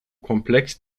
komplex